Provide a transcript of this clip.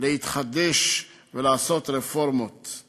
ועד לתקופת המשכילים בתקופה שקדמה לשואה.